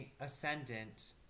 ascendant